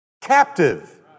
captive